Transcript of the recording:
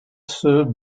served